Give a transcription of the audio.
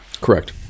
Correct